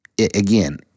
Again